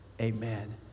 Amen